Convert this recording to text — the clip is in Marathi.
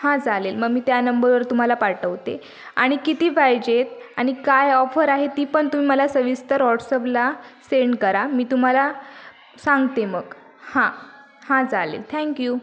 हां चालेल मग मी त्या नंबरवर तुम्हाला पाठवते आणि किती पाहिजेत आणि काय ऑफर आहे ती पण तुम्ही मला सविस्तर ऑट्सअपला सेंड करा मी तुम्हाला सांगते मग हां हां चालेल थॅंक्यू